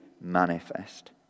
manifest